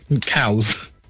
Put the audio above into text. Cows